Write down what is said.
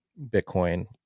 Bitcoin